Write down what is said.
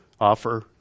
offer